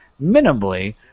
minimally